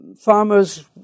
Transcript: farmers